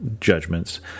judgments